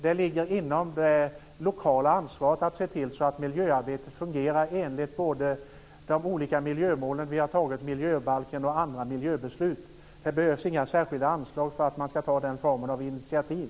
Det ligger inom det lokala ansvaret att se till att miljöarbetet fungerar enligt både de olika miljömål som vi har tagit i miljöbalken och andra miljöbeslut. Det behövs inga särskilda anslag för att man ska ta den typen av initiativ.